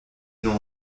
nom